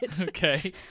okay